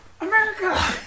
America